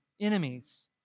enemies